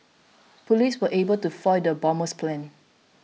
police were able to foil the bomber's plans